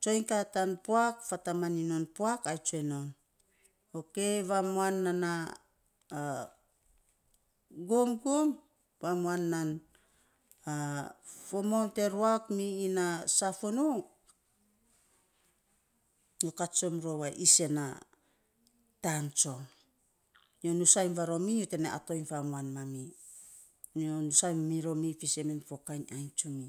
tsiny ka ta puak fataman iny non a puak, ai tsue non, okei amuan nana gumgum, vamuan nan fo moun te ruak, mi ina safunuu, nyo kat tsom rpu a isen na taan tsom, nyo nusainy varomi nyo te nainy atoiny famuan mami. Nyo nusainy mi romi fisen men fo kainy ainy tsumi.